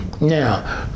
Now